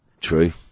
True